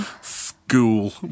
School